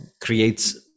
creates